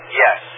yes